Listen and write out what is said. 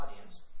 audience